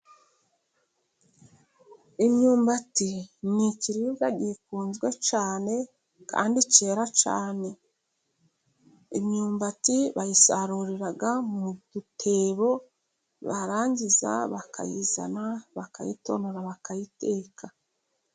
Imyumbati ni ikiribwa gikunzwe cyane kandi ckera cyane. Imyumbati bayisarurira mu dutebo, barangiza bakayizana, bakayitonora bakayiteka.